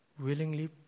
Willingly